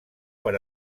per